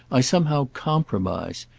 i somehow compromise.